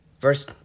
Verse